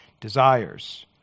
desires